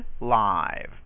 live